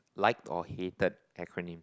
liked or hated acronym